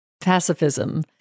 pacifism